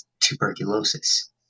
tuberculosis